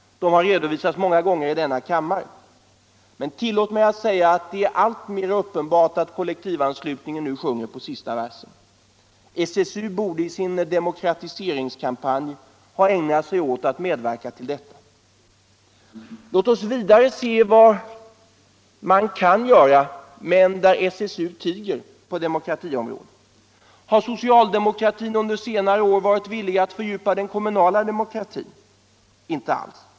De har redovisats många gånger i denna kammare. Men tillåt mig säga att det blir alltmer uppenbart att kollektivanslutningen sjunger på sista versen. SSU borde i sin demokratiseringskampanj ha ägnat sig åt att medverka till detta. Låt oss vidare. se på vilka områden man kan göra något för demokratin men där SSU tiger. Har socialdemokratin under senare år varit villig att fördjupa den kommunala demokratin? Inte alls.